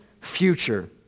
future